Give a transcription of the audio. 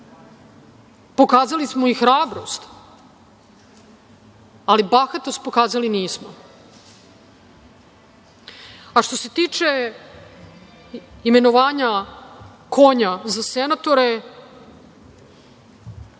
pokazali smo i hrabrost, ali bahatost pokazali nismo. Što se tiče imenovanja konja za senatora,